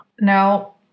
No